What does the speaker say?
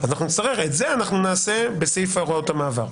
את זה נעשה בסעיף הוראות המעבר.